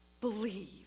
believe